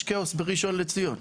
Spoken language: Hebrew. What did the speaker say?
יש כאוס בראשון לציון.